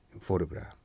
photograph